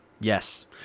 Yes